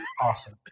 Awesome